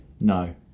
No